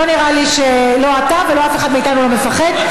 לא נראה לי, לא אתה ולא אף אחד מאיתנו מפחד.